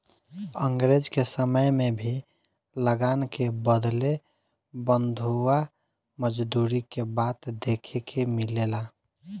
अंग्रेज के समय में भी लगान के बदले बंधुआ मजदूरी के बात देखे के मिलेला